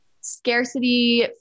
scarcity